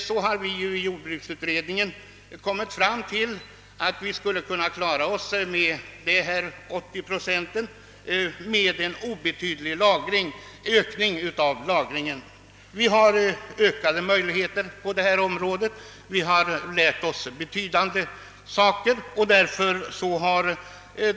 Vi har i jordbruksutredningen kommit fram till att vi skulle kunna klara oss med en åttioprocentig självförsörjningsgrad med en obetydlig ökning av lagringen. Vi har ökade möjligheter härtill genom att vi lärt oss en hel del.